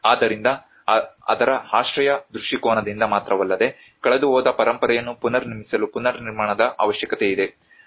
ಆದ್ದರಿಂದ ಅದರ ಆಶ್ರಯ ದೃಷ್ಟಿಕೋನದಿಂದ ಮಾತ್ರವಲ್ಲದೆ ಕಳೆದುಹೋದ ಪರಂಪರೆಯನ್ನು ಪುನರ್ನಿರ್ಮಿಸಲು ಪುನರ್ನಿರ್ಮಾಣದ ಅವಶ್ಯಕತೆಯಿದೆ